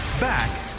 Back